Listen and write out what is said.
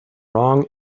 wrong